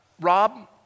Rob